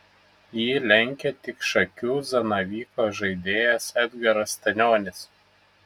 jį lenkia tik šakių zanavyko žaidėjas edgaras stanionis